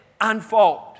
unfold